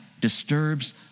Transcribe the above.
disturbs